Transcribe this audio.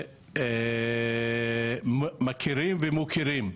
מכירים ומוקירים,